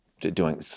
doing-